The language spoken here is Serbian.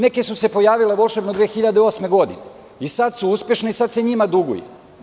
Neke su se pojavile volšebno od 2008. godine, i sad su uspešne i sad se njima duguje.